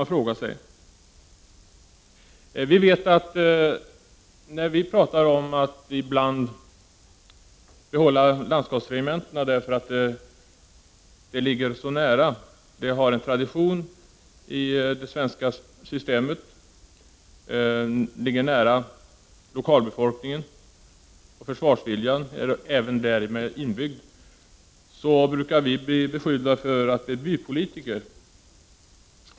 När vi talar om att vi vill behålla landskapsregementena därför att de av tradition finns nära lokalbefolkningen och försvarsviljan därmed är inbyggd, brukar vi bli beskyllda för att vara bypolitiker.